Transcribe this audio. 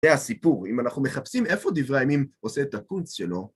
זה הסיפור, אם אנחנו מחפשים איפה דברי הימים עושה את הקונץ שלו?